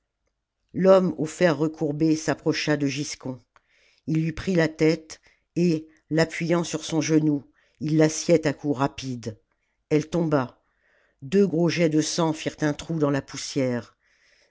l'homme au fer recourbé s'approcha de giscon ii lui prit la tête et l'appujant sur son genou il la sciait à coups rapides elle tomba deux gros jets de sang firent un trou dans la poussière